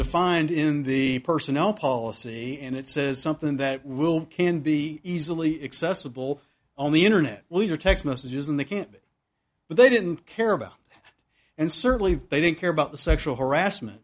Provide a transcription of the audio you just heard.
defined in the personnel policy and it says something that will can be easily accessible only internet bullies are text messages and they can't but they didn't care about and certainly they didn't care about the sexual harass